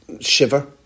shiver